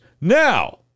Now